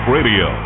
Radio